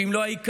ואם לא העיקרי,